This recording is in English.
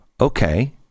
okay